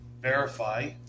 verify